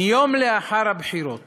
מיום לאחר הבחירות